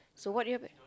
so what you have a